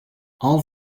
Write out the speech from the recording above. all